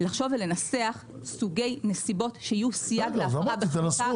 לחשוב ולנסח סוגי נסיבות שיהיו סייג -- בסדר אז אמרתי תנסחו.